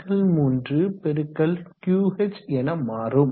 725×10 3×Qh என மாறும்